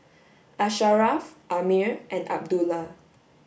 Asharaff Ammir and Abdullah